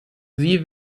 sie